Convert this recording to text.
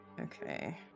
Okay